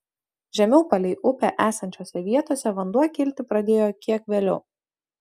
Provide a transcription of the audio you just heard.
žemiau palei upę esančiose vietose vanduo kilti pradėjo kiek vėliau